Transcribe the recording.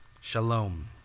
Shalom